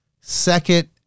second